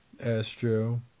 Astro